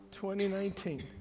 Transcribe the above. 2019